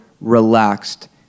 relaxed